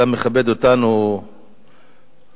אתה מכבד אותנו באגף